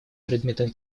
предметных